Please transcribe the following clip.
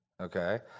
Okay